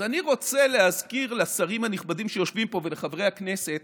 אז אני רוצה להזכיר לשרים הנכבדים שיושבים פה ולחברי הכנסת